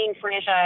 franchise